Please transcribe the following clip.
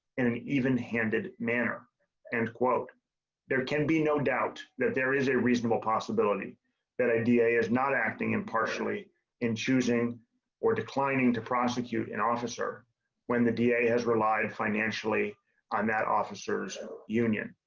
and and even handed manner and quote there can be no doubt that there is a reasonable possibility that idea is not acting and partially in choosing or declining to prosecute an officer when the dea has relied financially on that officers union.